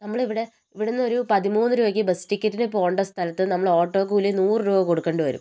നമ്മളിവിടെ ഇവിടുന്നൊരു പതിമൂന്ന് രൂപക്ക് ബസ്സ് ടിക്കറ്റിന് പോകേണ്ട സ്ഥലത്ത് നമ്മൾ ഓട്ടോ കൂലി നൂറു രൂപ കൊടുക്കേണ്ടി വരും